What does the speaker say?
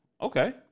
Okay